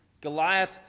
Goliath